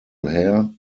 hair